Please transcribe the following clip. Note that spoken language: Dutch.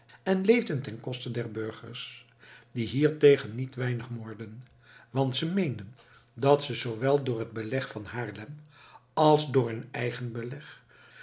en leefden ten koste der burgers die hiertegen niet weinig morden want ze meenden dat ze zoowel door het beleg van haarlem als door hun eigen beleg